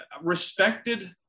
respected